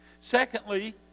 Secondly